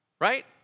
right